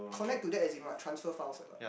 connect to that as in what transfer files or what